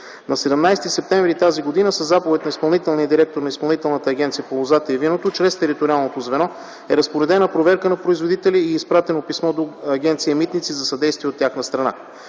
На 17 септември т.г. със заповед на изпълнителния директор на Изпълнителната агенция по лозата и виното чрез териториалното звено е разпоредена проверка на производителя и е изпратено писмо до Агенция „Митници” за съдействие от тяхна страна.